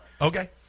Okay